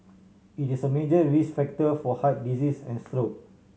it is a major risk factor for heart diseases and stroke